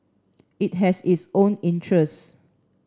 it has its own interests